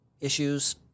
issues